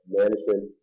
management